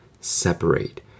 separate